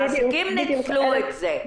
המעסיקים ניצלו את זה.